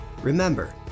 Remember